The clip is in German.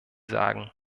sagen